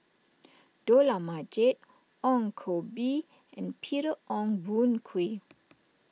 Dollah Majid Ong Koh Bee and Peter Ong Boon Kwee